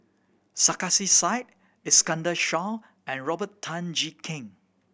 Sarkasi Said Iskandar Shah and Robert Tan Jee Keng